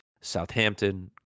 Southampton